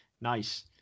nice